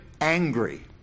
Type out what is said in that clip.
angry